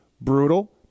brutal